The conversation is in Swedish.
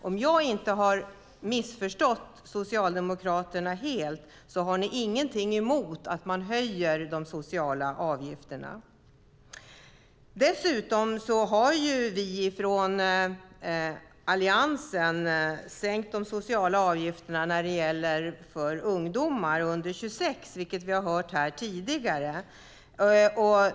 Om jag inte helt missförstått Socialdemokraterna har de ingenting emot att man höjer de sociala avgifterna. Dessutom har vi från Alliansen sänkt de sociala avgifterna gällande ungdomar under 26 år, vilket vi hört tidigare.